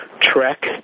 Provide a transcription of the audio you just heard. trek